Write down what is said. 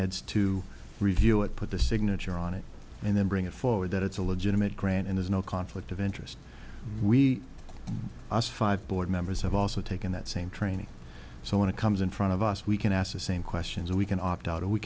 heads to review it put the signature on it and then bring it forward that it's a legitimate grant and there's no conflict of interest we lost five board members have also taken that same training so when it comes in front of us we can ask the same questions and we can opt out